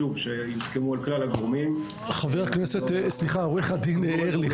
שוב שיוסכמו על כלל הגורמים --- עורך דין ארליך,